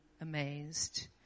amazed